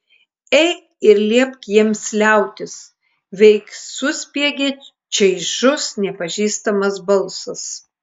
eik ir liepk jiems liautis veik suspiegė čaižus nepažįstamas balsas